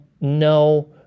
no